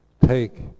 take